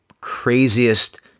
craziest